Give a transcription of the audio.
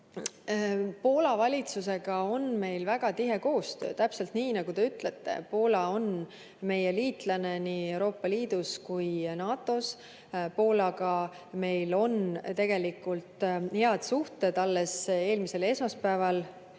Poola valitsusega on meil väga tihe koostöö. Täpselt nii, nagu te ütlesite, Poola on meie liitlane nii Euroopa Liidus kui ka NATO‑s. Poolaga on meil tegelikult head suhted. Alles eelmisel esmaspäeval